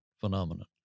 phenomenon